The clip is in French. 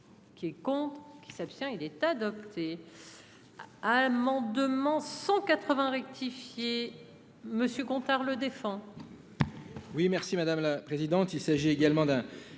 Qui est contre. Qui s'abstient il est adopté. À un moment de en 180 rectifié. Monsieur Gontard le défend.